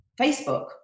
Facebook